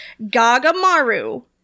Gagamaru